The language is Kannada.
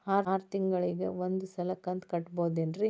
ಆರ ತಿಂಗಳಿಗ ಒಂದ್ ಸಲ ಕಂತ ಕಟ್ಟಬಹುದೇನ್ರಿ?